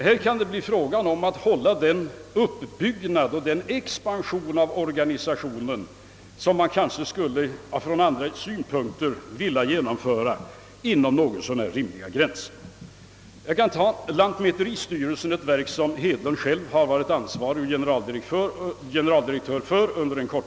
Här kan det bli fråga om att hålla den uppbyggnad och den expansion av organisationen, som man kanske ur andra synpunkter skulle vilja genomföra, inom något så när rimliga gränser. Jag kan som exempel även ta lantmäteristyrelsen, som herr Hedlund själv en kortare tid varit ansvarig för som generaldirektör.